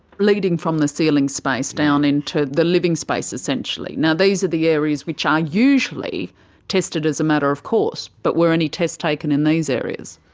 leading from the ceiling space down into the living space essentially. now, these are the areas which are usually tested as a matter of course. but were any tests taken in these areas?